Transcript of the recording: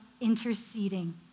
interceding